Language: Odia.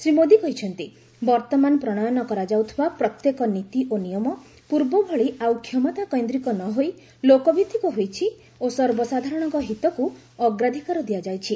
ଶ୍ରୀ ମୋଦୀ କହିଛନ୍ତି ବର୍ତ୍ତମାନ ପ୍ରଣୟନ କରାଯାଉଥିବା ପ୍ରତ୍ୟେକ ନୀତି ଓ ନିୟମ ପୂର୍ବ ଭଳି ଆଉ କ୍ଷମତା କୈନ୍ଦ୍ରିକ ନ ହୋଇ ଲୋକ ଭିତ୍ତିକ ହୋଇଛି ଓ ସର୍ବସାଧାରଣଙ୍କ ହିତକୁ ଅଗ୍ରାଧିକାର ଦିଆଯାଇଛି